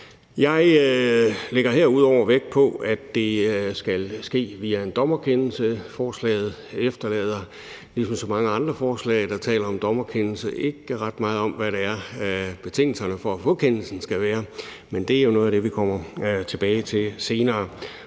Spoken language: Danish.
Jeg lægger herudover vægt på, at det skal ske via en dommerkendelse. Forslaget oplyser ligesom så mange andre forslag, der taler om dommerkendelse, ikke ret meget om, hvad betingelserne for at få kendelsen skal være, men det er jo noget af det, vi kommer tilbage til senere.